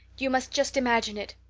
you must just imagine it.